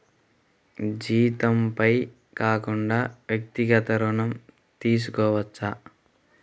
జీతంపై కాకుండా వ్యక్తిగత ఋణం తీసుకోవచ్చా?